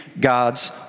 God's